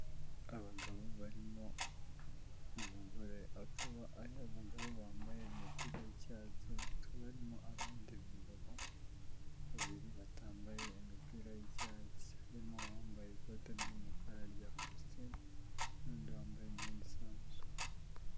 Abagabo barimo umugore akaba ari abagabo bambaye imipira y'icyatsi, hakaba harimo abandi bagabo babiri batambaye imipira y'icyatsi. Harimo uwambaye ikote ry'umukara rya kositimu n'undi wambaye imyenda isanzwe.